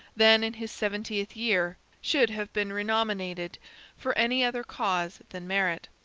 then in his seventieth year, should have been renominated for any other cause than merit.